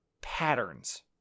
patterns